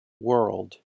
world